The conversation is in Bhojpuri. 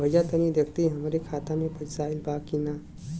भईया तनि देखती हमरे खाता मे पैसा आईल बा की ना?